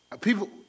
people